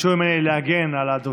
ביקשו ממני להגן על הדובר.